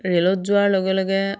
ৰে'লত যোৱাৰ লগে লগে